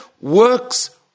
works